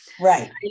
Right